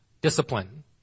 discipline